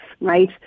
right